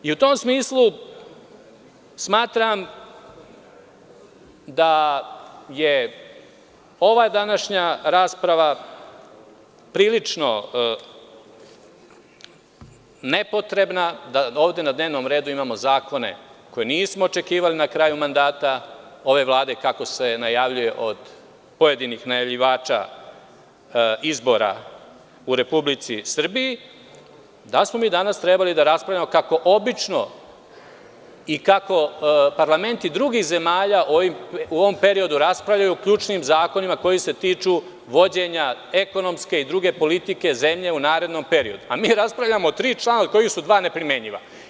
U tom smislu, smatram da je ova današnja rasprava prilično nepotrebno, da ovde na dnevnom redu imamo zakone koje nismo očekivali na kraju mandata ove Vlade kako se najavljuje od pojedinih najavljivača, izbora u Republici Srbiji, da smo mi trebali danas da raspravljamo kako obično i kako parlamenti drugih zemalja u ovom periodu, raspravljaju o ključnim zakonima koji se tiču vođenja ekonomske i druge politike zemlje u narednom periodu, a mi raspravljamo o tri člana, od kojih su dva neprimenjiva.